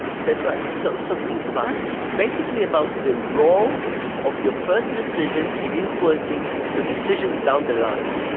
that's right, so so think about it. it's basically about the role of your first decision in influencing your decisions down the line.